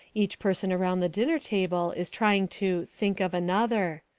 each person around the dinner table is trying to think of another.